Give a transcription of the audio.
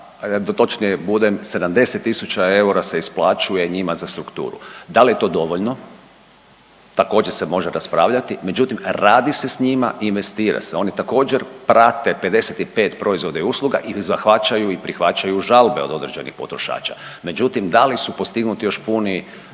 točniji budem 70 tisuća eura se isplaćuje njima za strukturu. Da li je to dovoljno također se može raspravljati, međutim radi se s njima i investira se. Oni također prate 55 proizvoda i usluga i zahvaćaju i prihvaćaju žalbe od određenih potrošača. Međutim da li su postignuti još puni